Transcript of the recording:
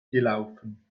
gelaufen